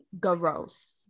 Gross